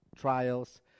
trials